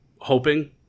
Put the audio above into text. hoping